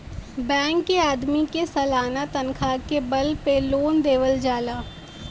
bank के आदमी के सालाना तनखा के बल पे लोन देवल जाला